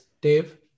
Dave